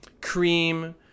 Cream